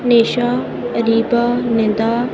نشا Areeba ندا